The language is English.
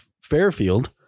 Fairfield